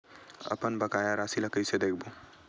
अपन बकाया राशि ला कइसे देखबो?